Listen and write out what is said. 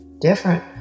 different